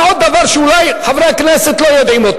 ועוד דבר שאולי חברי הכנסת לא יודעים,